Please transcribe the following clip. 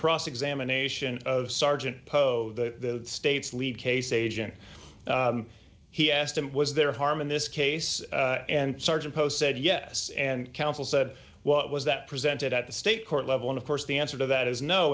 cross examination of sergeant poe the state's lead case agent he asked him was there harm in this case and sergeant post said yes and counsel said what was that presented at the state court level and of course the answer to that is no